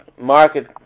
market